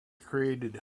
created